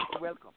welcome